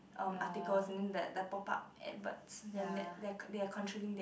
um articles you know that the pop up adverts then that they are controlling that